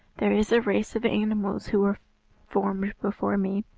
there is a race of animals who were formed before me,